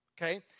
Okay